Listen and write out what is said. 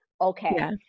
okay